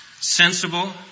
sensible